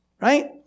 right